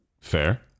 fair